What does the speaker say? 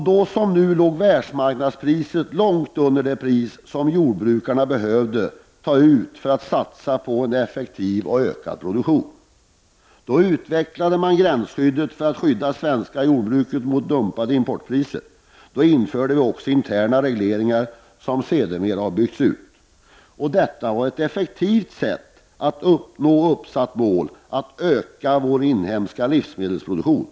Då som nu låg världsmarknadspriset långt under det pris som jordbruket behövde ta ut för att satsa på effektivitet och ökad produktion. Då utvecklades gränsskyddet för att skydda det svenska jordbruket mot dumpade importpriser. Då införde vi också interna regleringar, som sedermera har byggts ut. Detta var ett effektivt sätt att nå uppsatt mål — att öka vår inhemska livsmedelsproduktion.